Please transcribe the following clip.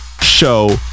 show